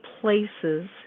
places